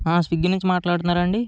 Swiggy నుంచి మాట్లాడుతున్నారా అండి